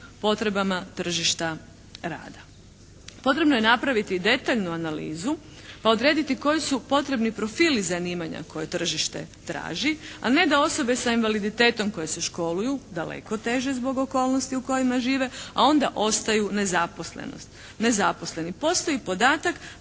potrebama tržišta rada. Potrebno je napraviti detaljnu analizu pa odrediti koji su potrebni profili zanimanja koje tržište traži a ne da osobe sa invaliditetom koje se školuju daleko teže zbog okolnosti u kojima žive a onda ostaju nezaposleni. Postoji podatak